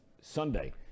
Sunday